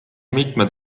mitmed